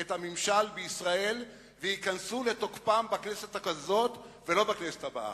את הממשל בישראל וייכנסו לתוקפם בכנסת הזאת ולא בכנסת הבאה.